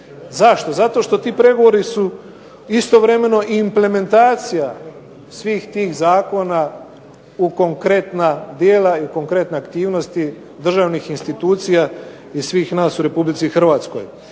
Zašto? Zato što su ti pregovori istovremeno i implementacija svih tih zakona u konkretna djela i konkretne aktivnosti državnih institucija i svih nas u RH.